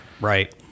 right